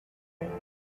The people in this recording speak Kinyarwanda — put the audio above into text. ibiri